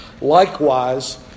likewise